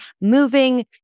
moving